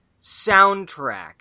soundtrack